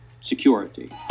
Security